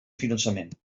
finançament